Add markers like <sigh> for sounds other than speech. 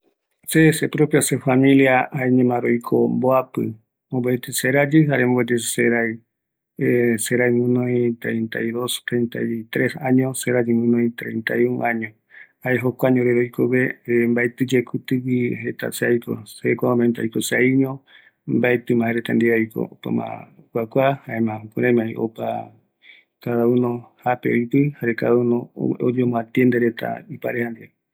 ﻿Se sepropio se familia, jaeñoma mboapi, mopeti serayi jare mopeti serai <hesitation> serai guinoi treinta y dos treita y tres años, serayi guinoi treinta y un años, jae jokuaño ore roikogue <hesitation> mbaetiye kutigui jeta se aiko, se kua momento aiko seaiño, mbaetima jaereta ndie aiko, opama okuakua jaema jukuraimavi opa cada uno jape oipi, jare cada uno oyemboatiende reta ipareja ndive